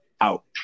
out